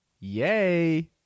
yay